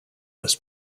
this